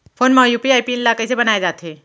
Phone म UPI pin ल कइसे बनाये जाथे?